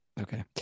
Okay